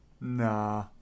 Nah